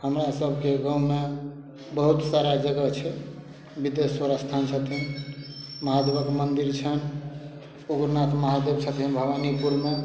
हमरा सबके गाँवमे बहुत सारा जगह छै विदेश्वर स्थान छथिन महादेवक मन्दिर छनि उग्रनाथ महादेव छथिन भवानीपुरमे